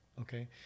okay